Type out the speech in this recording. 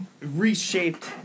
reshaped